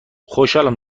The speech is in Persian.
خوشحالم